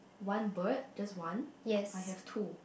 one bird just one I have two